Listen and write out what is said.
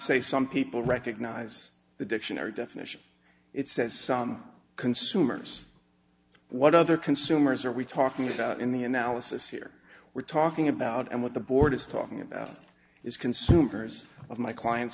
say some people recognize the dictionary definition it says some consumers what other consumers are we talking about in the analysis here we're talking about and what the board is talking about is consumers of my client